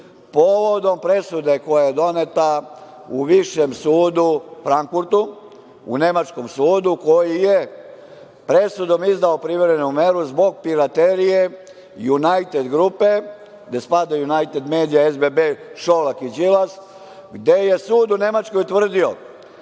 povodom presude koja je doneta u Višem sudu u Frankfurtu, u Nemačkom sudu, koji je presudom izdao privremenu meru zbog piraterije „Junajted grupe“, gde spadaju „Junajted medija“, SBB, Šolak i Đilas, gde je sud u Nemačkoj utvrdio